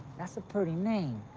that's a pretty name.